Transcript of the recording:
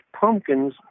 pumpkins